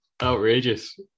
Outrageous